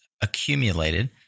accumulated